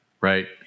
Right